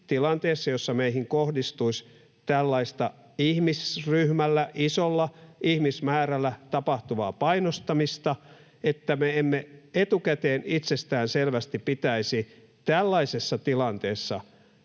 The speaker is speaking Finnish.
tilanteessa, jossa meihin kohdistuisi tällaista ihmisryhmällä, isolla ihmismäärällä tapahtuvaa painostamista — keskeyttäisi turvapaikanhaun mahdollisuuden, että me emme etukäteen itsestään selvästi pitäisi tällaisessa tilanteessa